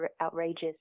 outrageous